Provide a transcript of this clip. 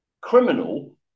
criminal